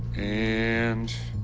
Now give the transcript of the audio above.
and